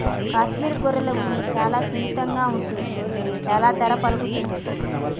కాశ్మీర్ గొర్రెల ఉన్ని చాలా సున్నితంగా ఉంటుంది చాలా ధర పలుకుతుంది